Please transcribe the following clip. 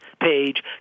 page